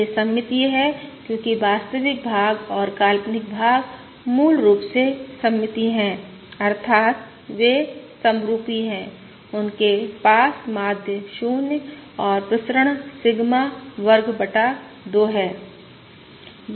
यह सममितीय है क्योंकि वास्तविक भाग और काल्पनिक भाग मूल रूप से सममितीय हैं अर्थात् वे समरुपी हैं उनके पास माध्य 0 और प्रसरण सिग्मा वर्ग बटा 2 है